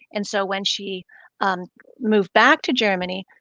and so when she moved back to germany,